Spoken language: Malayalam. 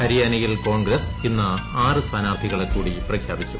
ഹരിയാനയിൽ കോൺഗ്രസ് ഇന്ന് ആറ് സ്ഥാനാർത്ഥികളെ കൂടി പ്രഖ്യാപിച്ചു